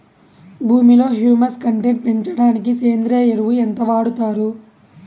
భూమిలో humus content పెంచడానికి సేంద్రియ ఎరువు ఎంత వాడుతారు